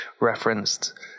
referenced